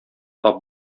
тап